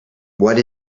what